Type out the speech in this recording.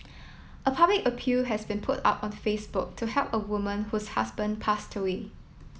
a public appeal has been put up on Facebook to help a woman whose husband passed away